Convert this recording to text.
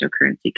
cryptocurrency